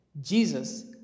Jesus